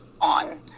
on